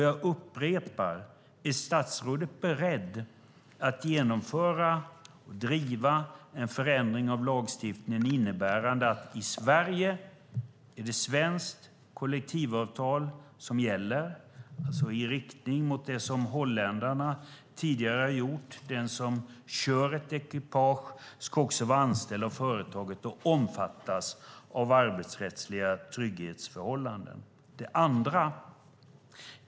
Jag upprepar: Är statsrådet beredd att driva och genomföra en förändring av lagstiftningen innebärande att det i Sverige är svenskt kollektivavtal som gäller, alltså i riktning mot det som holländarna tidigare har gjort, nämligen att den som kör ett ekipage också ska vara anställd av företaget och omfattas av arbetsrättsliga trygghetsförhållanden?